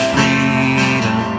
Freedom